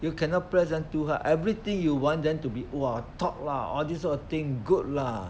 you cannot press them too hard everything you want them to be !wah! top lah all these kind of thing good lah